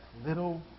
little